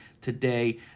today